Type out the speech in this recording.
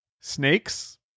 snakes